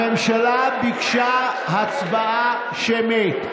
הממשלה ביקשה הצבעה שמית.